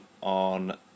on